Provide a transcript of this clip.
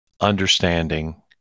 understanding